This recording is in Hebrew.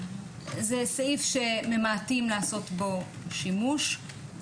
זה סעיף שממעטים לעשות בו שימוש.